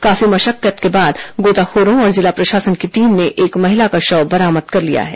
काफी मशक्कत के बाद गोताखोरों और जिला प्रशासन की टीम ने एक महिला का शव बरामद कर लिया है